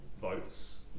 votes